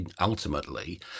ultimately